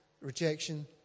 rejection